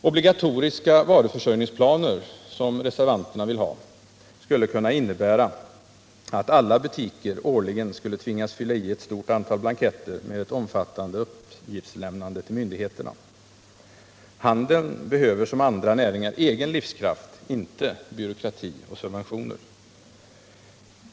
Obligatoriska varuförsörjningsplaner — som reservanterna vill ha— skulle kunna innebära, att alla butiker årligen skulle tvingas fylla i ett stort antal blanketter med ett omfattande uppgiftslämnande till myndigheterna. Handeln behöver som andra näringar egen livskraft — inte byråkrati och subventioner!